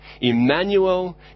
Emmanuel